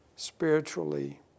spiritually